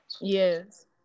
yes